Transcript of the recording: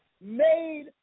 made